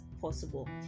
possible